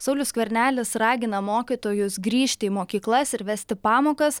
saulius skvernelis ragina mokytojus grįžti į mokyklas ir vesti pamokas